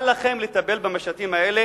אל לכם לטפל במשטים האלה